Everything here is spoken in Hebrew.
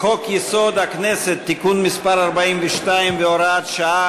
שמעתי את קולך הערב במשך כל ההצבעה,